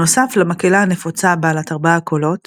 בנוסף למקהלה הנפוצה בעלת ארבעה קולות,